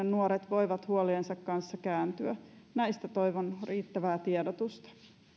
nuoret voivat huoliensa kanssa kääntyä näistä toivon riittävää tiedotusta